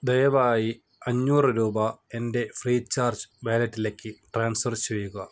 ദയവായി അഞ്ഞൂറ് രൂപ എൻ്റെ ഫ്രീച്ചാർജ് വാലറ്റിലേക്ക് ട്രാൻസ്ഫർ ചെയ്യുക